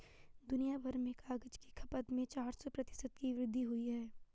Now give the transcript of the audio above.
दुनियाभर में कागज की खपत में चार सौ प्रतिशत की वृद्धि हुई है